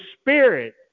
Spirit